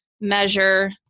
measure